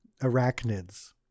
arachnids